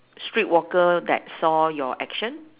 street walker that saw your action